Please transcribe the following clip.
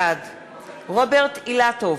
בעד רוברט אילטוב,